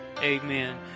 amen